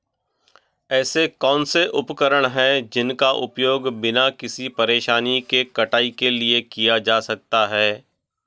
ऐसे कौनसे उपकरण हैं जिनका उपयोग बिना किसी परेशानी के कटाई के लिए किया जा सकता है?